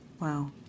Wow